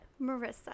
Marissa